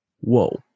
whoa